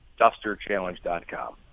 DusterChallenge.com